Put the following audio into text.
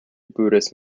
buddhist